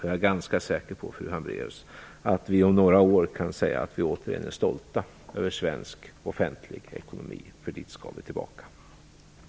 Jag är ganska säker på, fru Hambraeus, att vi om några år kan säga att vi återigen är stolta över svensk offentlig ekonomi. Vi skall tillbaka dit.